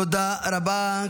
תודה רבה.